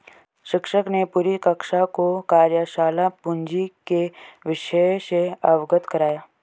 शिक्षक ने पूरी कक्षा को कार्यशाला पूंजी के विषय से अवगत कराया